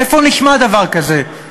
איפה נשמע דבר כזה?